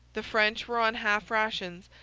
the french were on half rations,